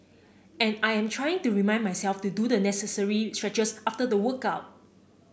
and I am trying to remind myself to do the necessary stretches after the workout